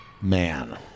man